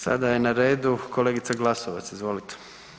Sada je na redu kolegica Glasovac, izvolite.